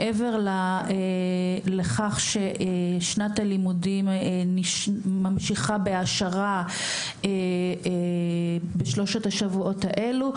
מעבר לכך ששנת הלימודים ממשיכה בהעשרה בשלושת השבועות האלו,